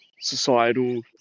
societal